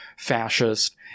fascist